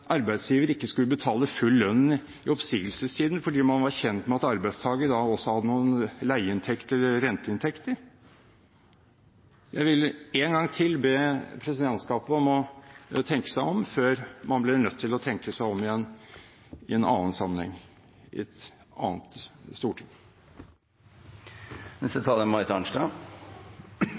arbeidsgiver ikke skal betale full lønn i oppsigelsestiden fordi man er kjent med at arbeidstaker også har noen leieinntekter eller renteinntekter? Jeg vil en gang til be presidentskapet tenke seg om før man blir nødt til å tenke seg om igjen i en annen sammenheng i et annet